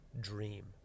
dream